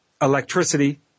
electricity